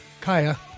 Kaya